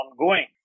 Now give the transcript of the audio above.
ongoing